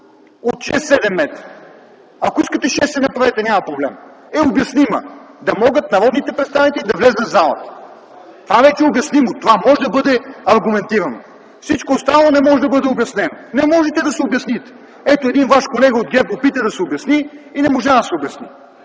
от 6-7 метра - ако искате, направете я 6 метра, няма проблем - е обяснима, за да могат народните представители да влязат в залата. Това вече е обяснимо, това може да бъде аргументирано. Всичко останало не може да бъде обяснено. Не можете да се обясните. Ето един ваш колега от ГЕРБ опита да се обясни и не можа. Не може!